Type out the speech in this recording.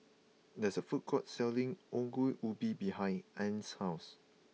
there is a food court selling Ongol Ubi behind Ann's house